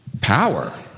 power